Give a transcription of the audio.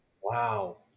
Wow